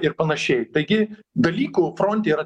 ir panašiai taigi dalykų fronte yra